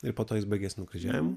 ir po to jis baigės nukryžiavimu